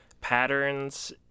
patterns